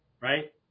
right